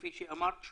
כפי שאמרת,